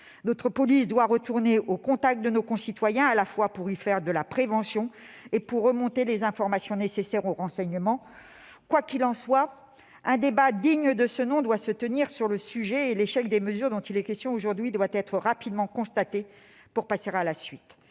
Notre police doit retourner au contact de nos concitoyens, non seulement pour y faire de la prévention, mais aussi pour remonter les informations nécessaires aux services de renseignement. Quoi qu'il en soit, un débat digne de ce nom doit se tenir sur le sujet, et l'échec des mesures dont il est question aujourd'hui doit être rapidement constaté, pour passer à la suite.